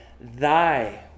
thy